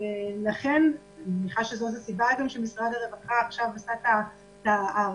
אני מניחה שזו הסיבה שמשרד הרווחה עשה את ההארכה,